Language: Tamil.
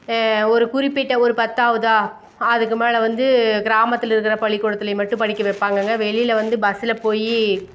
ஒரு குறிப்பிட்ட ஒரு பத்தாவதா அதுக்கு மேலே வந்து கிராமத்தில் இருக்கிற பள்ளிக்கூடத்தில் மட்டும் படிக்க வைப்பாங்கங்க வெளியில் வந்து பஸ்ஸுல் போய்